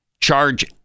charge